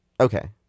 Okay